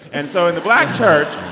and so in the black church,